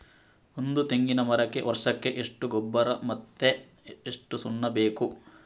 ಒಂದು ತೆಂಗಿನ ಮರಕ್ಕೆ ವರ್ಷಕ್ಕೆ ಎಷ್ಟು ಗೊಬ್ಬರ ಮತ್ತೆ ಎಷ್ಟು ಸುಣ್ಣ ಬೇಕು?